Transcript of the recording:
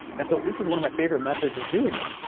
and so this is one of my favorite methods of doing that,